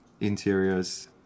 interiors